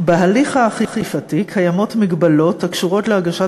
בהליך האכיפה קיימות מגבלות שקשורות להגשת